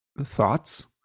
thoughts